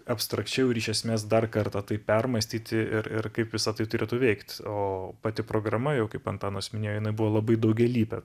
abstrakčiau ir iš esmės dar kartą tai permąstyti ir ir kaip visa tai turėtų veikt o pati programa jau kaip antanas minėjo jinai buvo labai daugialypė